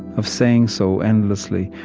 of saying so endlessly,